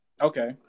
Okay